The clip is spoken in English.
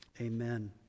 Amen